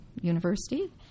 University